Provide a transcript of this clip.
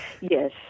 Yes